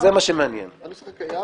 הנוסח הקיים